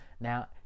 Now